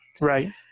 right